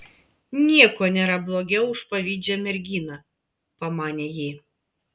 nieko nėra blogiau už pavydžią merginą pamanė ji